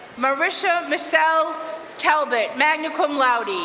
maricia marcel talbot, magna cum laude,